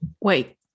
Wait